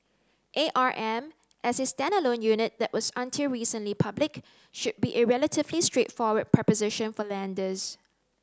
A R M as a standalone unit that was until recently public should be a relatively straightforward proposition for lenders